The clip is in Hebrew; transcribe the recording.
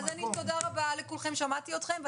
שמעתי אתכם.